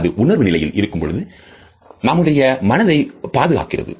அது உணர்வு நிலையில் இருக்கும் பொழுது நம்முடைய மனதை பாதுகாக்கிறது